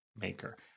maker